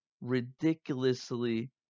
ridiculously